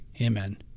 Amen